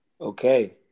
Okay